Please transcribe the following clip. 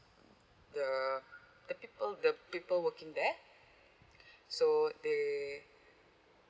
the the people the people working there so they